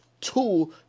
tool